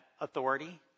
authority